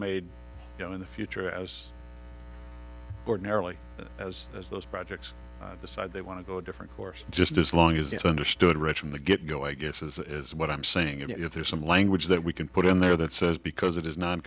made you know in the future as ordinarily as as those projects decide they want to go a different course just as long as it's understood rex from the get go i guess is what i'm saying if there's some language that we can put in there that says because it is non